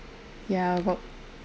ya